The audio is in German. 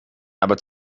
aber